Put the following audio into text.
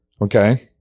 Okay